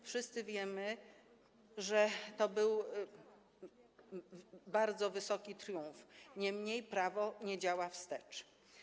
Wszyscy wiemy, że to był bardzo duży triumf, niemniej prawo nie działa wstecz.